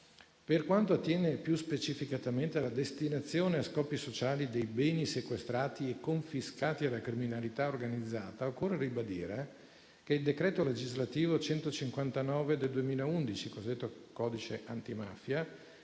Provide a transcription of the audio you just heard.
Per quanto attiene più specificamente alla destinazione a scopi sociali dei beni sequestrati e confiscati alla criminalità organizzata, occorre ribadire che il decreto legislativo n. 159 del 2011, cosiddetto codice antimafia,